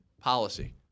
policy